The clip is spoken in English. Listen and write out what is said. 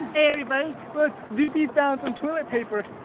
everybody, look, doopey found some toilet paper.